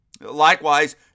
Likewise